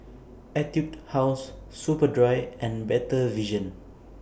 Etude House Superdry and Better Vision